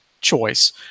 choice